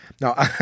now